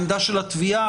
העמדה של התביעה?